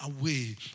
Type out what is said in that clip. away